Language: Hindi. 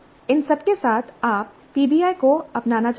इन सबके साथ आप पीबीआई को अपनाना चाहते हैं